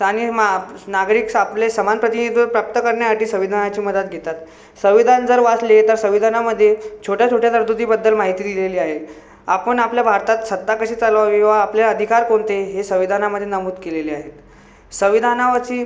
सानी मा नागरिक सा आपले समान प्रतिनिधित्व प्राप्त करण्यासाठी संविधानाची मदत घेतात संविधान जर वाचले तर संविधानामध्ये छोट्या छोट्या तरतुदीबद्दल माहिती दिलेली आहे आपण आपल्या भारतात सत्ता कशी चालवावी व आपले अधिकार कोणते हे संविधानामध्ये नमूद केलेले आहे संविधानावरची